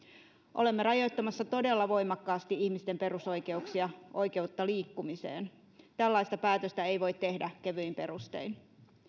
olemme rajoittamassa todella voimakkaasti ihmisten perusoikeuksia oikeutta liikkumiseen tällaista päätöstä ei voi tehdä kevyin perustein